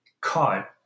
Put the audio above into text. caught